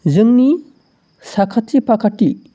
जोंनि साखाथि फाखाथि